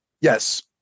Yes